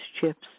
chips